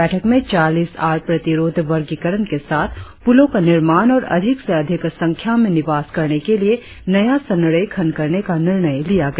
बैठक में चालीस आर प्रतिरोध वर्गीकरण के साथ पुलों का निर्माण और अधिक से अधिक संख्या में निवास करने के लिए नया संरेखण करने का निर्णय लिया गया